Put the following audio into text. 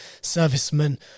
servicemen